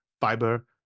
fiber